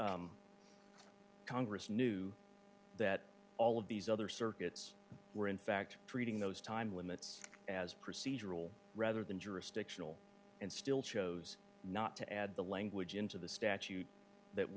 and congress knew that all of these other circuits were in fact treating those time limits as procedural rather than jurisdictional and still chose not to add the language into the statute that